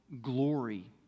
glory